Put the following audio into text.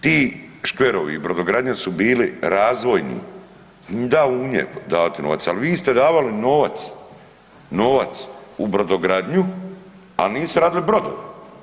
Ti škverovi brodogradnja su bili razvojni, da u nje davati novac, ali vi ste davali novac, novac u brodogradnju al nisu radili brodove.